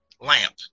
lamp